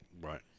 Right